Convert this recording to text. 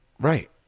Right